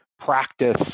practice